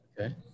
Okay